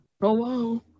Hello